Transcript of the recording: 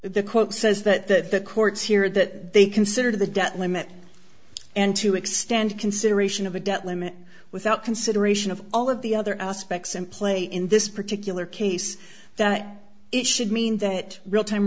that the quote says that the courts hear that they consider the debt limit and to extend consideration of a debt limit without consideration of all of the other aspects in play in this particular case that it should mean that real time